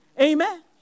Amen